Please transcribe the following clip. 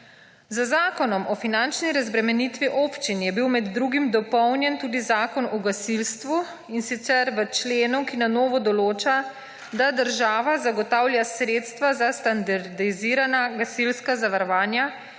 Z Zakonom o finančni razbremenitvi občin je bil med drugim dopolnjen tudi Zakon o gasilstvu, in sicer v členu, ki na novo določa, da država zagotavlja sredstva za standardizirana gasilska zavarovanja